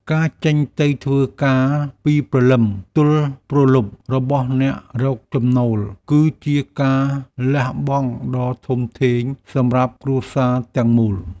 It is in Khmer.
ការចេញទៅធ្វើការពីព្រលឹមទល់ព្រលប់របស់អ្នករកចំណូល គឺជាការលះបង់ដ៏ធំធេងសម្រាប់គ្រួសារទាំងមូល។